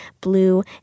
blue